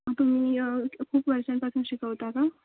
तुम्ही खूप वर्षांपासून शिकवता का